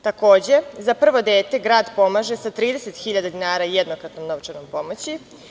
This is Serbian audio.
Takođe, za prvo dete grad pomaže sa 30.000 dinara jednokratnom novčanom pomoći.